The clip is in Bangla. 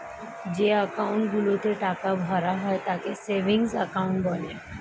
যে অ্যাকাউন্ট গুলোতে টাকা ভরা হয় তাকে সেভিংস অ্যাকাউন্ট বলে